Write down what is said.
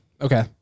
okay